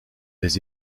des